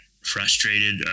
frustrated